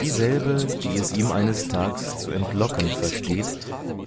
dieselbe die es ihm eines tags zu entlocken versteht